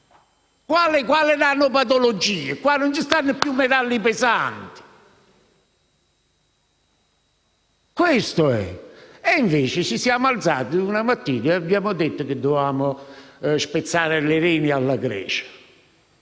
quali nanopatologie? Qui non esistono più metalli pesanti. Questo è il punto. E, invece, ci siamo alzati una mattina e abbiamo detto che dovevamo spezzare le reni alla Grecia.